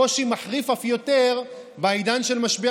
הקושי מחריף אף יותר בעידן של משבר